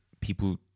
people